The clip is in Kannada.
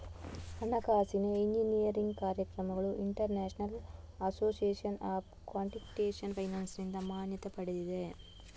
ಹಣಕಾಸಿನ ಎಂಜಿನಿಯರಿಂಗ್ ಕಾರ್ಯಕ್ರಮಗಳು international association of quantitative ಫೈನಾನ್ಸಿನಿಂದ ಮಾನ್ಯತೆ ಪಡೆದಿವೆ